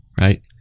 right